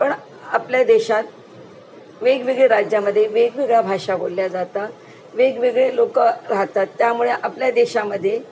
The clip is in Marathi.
पण आपल्या देशात वेगवेगळे राज्यामध्ये वेगवेगळ्या भाषा बोलल्या जातात वेगवेगळे लोकं राहतात त्यामुळे आपल्या देशामध्ये